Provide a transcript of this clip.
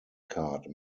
card